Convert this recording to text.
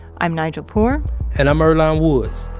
i'm nigel poor and i'm earlonne woods.